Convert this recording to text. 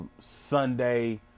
sunday